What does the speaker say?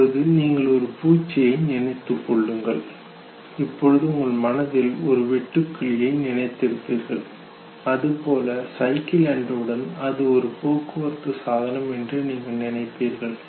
இப்பொழுது நீங்கள் ஒரு பூச்சியை நினைத்துக் கொள்ளுங்கள் இப்பொழுது உங்கள் மனதில் ஒரு வெட்டுக்கிளியை நினைத்திருப்பீர்கள் அதுபோல சைக்கிள் என்றவுடன் அது ஒரு போக்குவரத்து சாதனம் என்று நீங்கள் நினைப்பீர்கள்